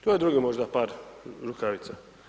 To je drugi možda par rukavica.